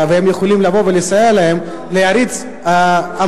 והוא יכול לבוא ולסייע להם להריץ אמנה,